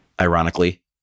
ironically